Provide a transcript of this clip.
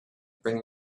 bring